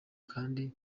kandi